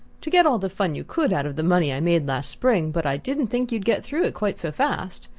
to get all the fun you could out of the money i made last spring but i didn't think you'd get through it quite so fast.